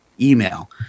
email